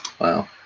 Wow